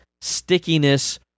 stickiness